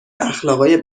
اخلاقای